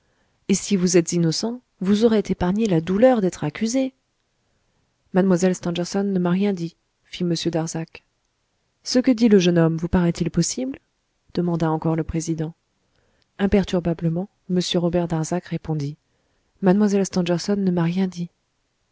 et si vous êtes innocent vous aurait épargné la douleur d'être accusé mlle stangerson ne m'a rien dit fit m darzac ce que dit le jeune homme vous paraît-il possible demanda encore le président imperturbablement m robert darzac répondit mlle stangerson ne m'a rien dit